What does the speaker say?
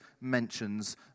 mentions